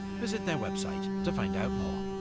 visit their website to find out more.